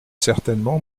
certainement